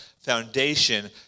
foundation